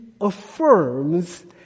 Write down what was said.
affirms